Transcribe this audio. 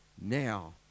Now